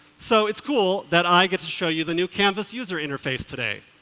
so it's cool that i get to show you the new canvass user interface today.